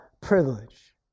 privilege